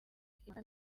impaka